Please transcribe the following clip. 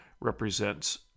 represents